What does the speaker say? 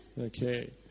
Okay